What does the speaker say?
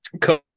Cool